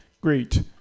Great